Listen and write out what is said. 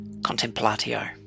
contemplatio